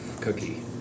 cookie